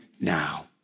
now